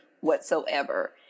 whatsoever